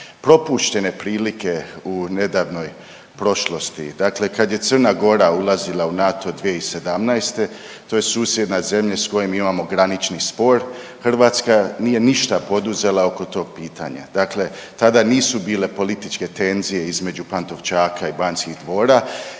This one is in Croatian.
propuštene prilike u nedavnoj prošlosti. Dakle, kad je Crna Gora ulazila u NATO 2017. to je susjedna zemlja s kojom mi imamo granični spor, Hrvatska nije ništa poduzela oko tog pitanja. Dakle, tada nisu bile političke tenzije između Pantovčaka i Banskih dvora